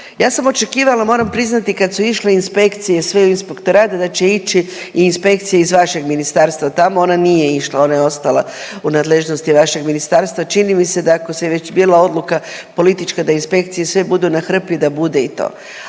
Ja sam očekivala moram priznati kad su išle inspekcije sve u inspektorat da će ići i inspekcija iz vašeg ministarstva tamo, ona nije išla, ona je ostala u nadležnosti vašeg ministarstva, čini mi se da ako je već bila odluka politička da inspekcije sve budu na hrpi da bude i to,